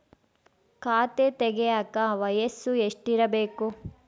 ಖಾತೆ ತೆಗೆಯಕ ವಯಸ್ಸು ಎಷ್ಟಿರಬೇಕು?